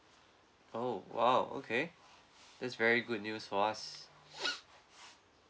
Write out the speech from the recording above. oh !wow! okay that's very good news for us